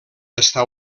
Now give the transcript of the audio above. està